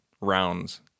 rounds